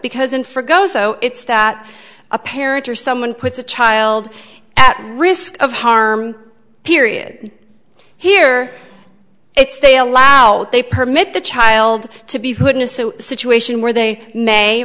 because in for goes though it's that a parent or someone puts a child at risk of harm period here it's they allow they permit the child to be put in a so situation where they may